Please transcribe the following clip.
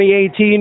2018